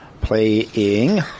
playing